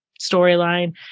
storyline